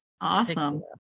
Awesome